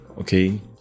okay